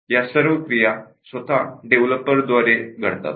या सर्व क्रिया स्वत डेव्हलपर द्वारे केल्या जातात